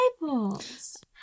Bibles